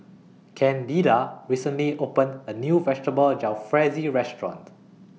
Candida recently opened A New Vegetable Jalfrezi Restaurant